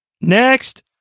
next